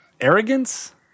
arrogance